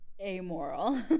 amoral